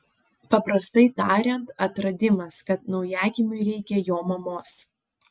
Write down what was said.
paprastai tariant atradimas kad naujagimiui reikia jo mamos